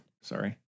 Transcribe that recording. Sorry